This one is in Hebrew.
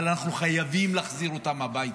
אבל אנחנו חייבים להחזיר אותם הביתה.